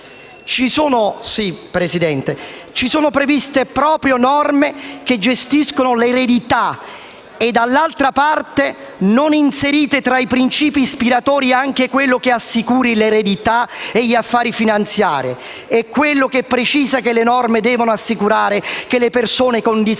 saranno - prevede proprio norme che gestiscono l'eredità non inserite tra i principi ispiratori anche quello che assicuri l'eredità e gli affari finanziari e quello che precisa che le norme devono assicurare che le persone con disabilità